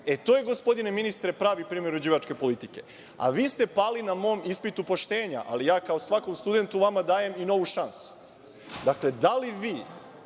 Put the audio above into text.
To je, gospodine ministre, pravi primer uređivačke politike. A vi ste pali na mom ispitu poštenja. Ali, ja kao svakom studentu vama dajem i novu šansu. Dakle, da li vi